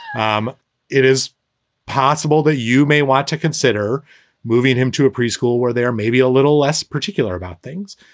um it is possible that you may want to consider moving him to a preschool where there may be a little less particular about things.